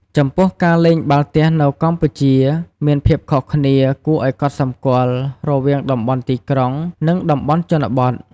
ចំពោះការលេងបាល់ទះនៅកម្ពុជាមានភាពខុសគ្នាគួរឱ្យកត់សម្គាល់រវាងតំបន់ទីក្រុង និងតំបន់ជនបទ។